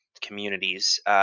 communities